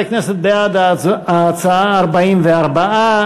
חברי הכנסת, בעד ההצעה, 44,